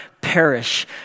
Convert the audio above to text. perish